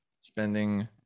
spending